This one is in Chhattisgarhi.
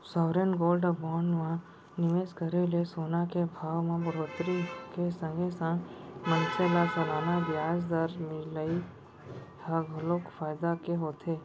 सॉवरेन गोल्ड बांड म निवेस करे ले सोना के भाव म बड़होत्तरी के संगे संग मनसे ल सलाना बियाज दर मिलई ह घलोक फायदा के होथे